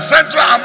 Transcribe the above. Central